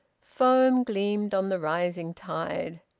foam gleamed on the rising tide.